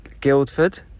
Guildford